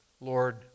Lord